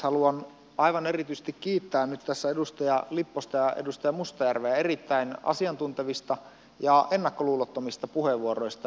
haluan aivan erityisesti kiittää nyt tässä edustaja lipposta ja edustaja mustajärveä erittäin asiantuntevista ja ennakkoluulottomista puheenvuoroista